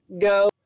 go